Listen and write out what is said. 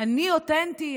אני אותנטי,